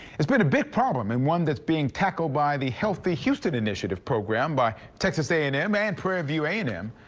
it's been a big problem and one that's being tackled by the healthy houston initiative program by texas a and m and prairie view a and m.